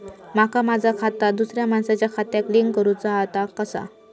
माका माझा खाता दुसऱ्या मानसाच्या खात्याक लिंक करूचा हा ता कसा?